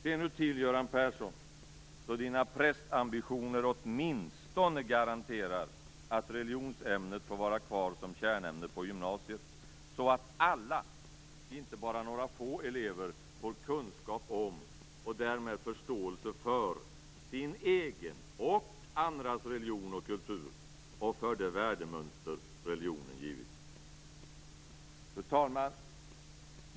Se nu till, Göran Persson, att dina prästambitioner åtminstone garanterar att religionsämnet får vara kvar som kärnämne på gymnasiet, så att alla, inte bara några få, elever får kunskap om och därmed förståelse för sin egen och andras religion och kultur samt för det värdemönster religionen givit.